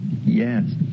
Yes